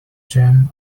jam